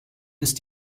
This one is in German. ist